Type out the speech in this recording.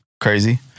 crazy